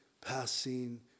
passing